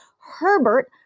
Herbert